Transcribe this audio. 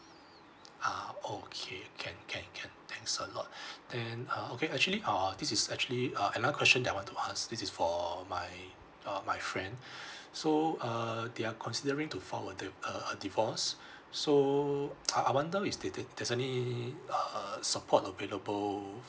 ah okay can can can thanks a lot then uh okay actually uh uh this is actually uh another question that I want to ask this is for my uh my friend so uh they are considering to file a div~ uh a divorce so I I wonder is there there there's any uh support available